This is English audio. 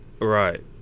right